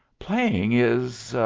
playing is